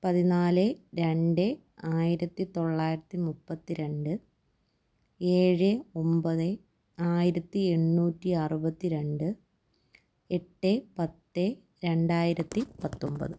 പതിനാല്ല് രണ്ടേ ആയിരത്തി തൊള്ളായിരത്തി മുപ്പത്തി രണ്ട് ഏഴ് ഒൻപത് ആയിരത്തി എണ്ണൂറ്റി അറുപത്തി രണ്ട് എട്ട് പത്ത് രണ്ടായിരത്തി പത്തൊൻപത്